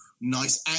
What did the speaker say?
nice